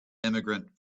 immigrant